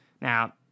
now